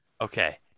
Okay